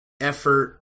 effort